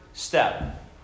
step